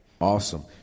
Awesome